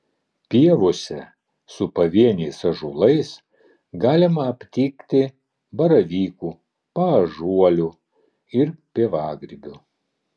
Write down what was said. pievose su pavieniais ąžuolais galima aptikti baravykų paąžuolių ir pievagrybių